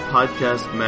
Podcast